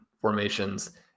formations